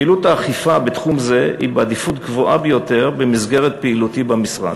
פעילות האכיפה בתחום זה היא בעדיפות גבוהה ביותר במסגרת פעילותי במשרד,